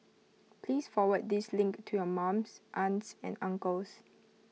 please forward this link to your mums aunts and uncles